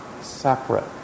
separate